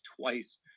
twice